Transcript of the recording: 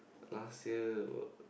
last year